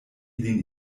ilin